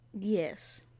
Yes